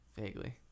Vaguely